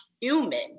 human